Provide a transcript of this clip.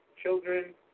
children